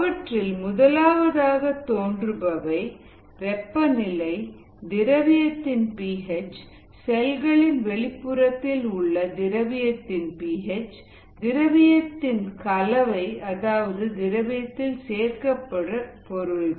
அவற்றில் முதலாவதாக தோன்றுபவை வெப்பநிலை திரவியத்தின் பி எச் செல்களின் வெளிப்புறத்தில் உள்ள திரவியத்தின் பி எச் திரவியத்தின் கலவை அதாவது திரவியத்தில் சேர்க்கப்பட்ட பொருட்கள்